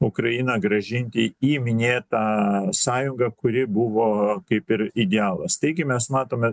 ukrainą grąžinti į minėtą sąjungą kuri buvo kaip ir idealas taigi mes matome